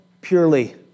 purely